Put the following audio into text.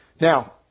Now